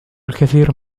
الكثير